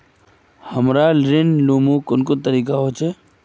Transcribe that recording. हमरा ऋण लुमू कुन कुन तरीका होचे?